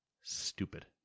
Stupid